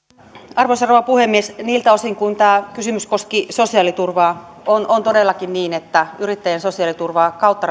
arvoisa rouva puhemies niiltä osin kuin tämä kysymys koski sosiaaliturvaa on on todellakin niin että yrittäjien sosiaaliturvaa kautta